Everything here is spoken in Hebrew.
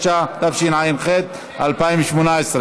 התשע"ח 2018,